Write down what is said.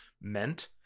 meant